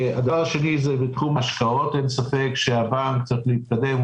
דבר שני הוא תחום ההשקעות אין ספק שהבנק צריך להתקדם.